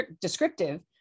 descriptive